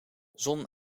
zon